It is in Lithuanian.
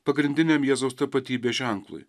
pagrindiniam jėzaus tapatybės ženklui